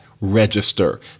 register